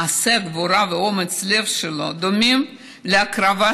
מעשה הגבורה ואומץ הלב שלו דומים להקרבה